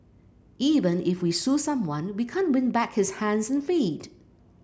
even if we sue someone we can't win back his hands and feet